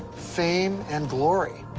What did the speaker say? fame and glory.